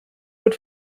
but